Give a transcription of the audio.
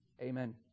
Amen